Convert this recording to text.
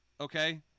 Okay